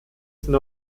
sind